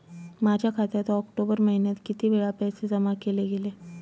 माझ्या खात्यात ऑक्टोबर महिन्यात किती वेळा पैसे जमा केले गेले?